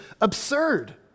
absurd